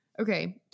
Okay